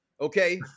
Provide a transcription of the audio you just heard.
Okay